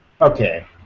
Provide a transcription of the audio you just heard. Okay